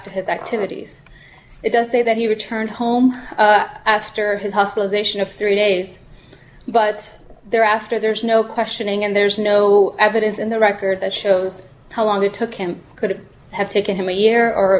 to his activities it does say that he returned home after his hospitalization of three days but there after there is no questioning and there's no evidence in the record that shows how long it took him could have taken him a year or